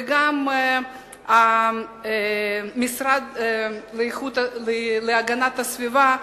וגם המשרד להגנת הסביבה,